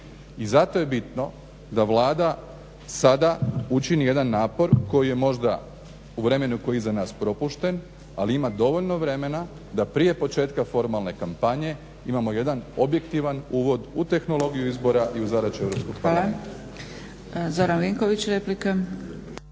I zato je bitno da Vlada sada učini jedan napor koji je možda u vremenu koji je iza nas propušten ali ima dovoljno vremena da prije početka formalne kompanije imamo jedan objektivan uvod u tehnologiju izbora i u zadaće